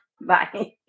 Bye